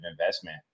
investment